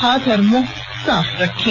हाथ और मुंह साफ रखें